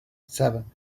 seven